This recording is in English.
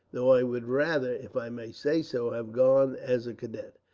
though i would rather, if i may say so, have gone as a cadet.